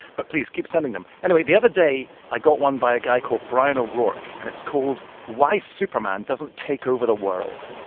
but please, keep sending them. anyway, the other day, i got one by a guy called brian o'roark. and it's called why superman doesn't take over the world.